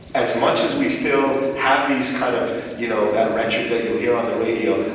as much as we still have these kind of you know that rhetoric that you'll hear on the radio,